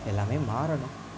எல்லாம் மாறணும்